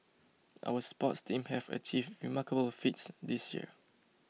our sports team have achieved remarkable feats this year